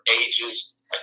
ages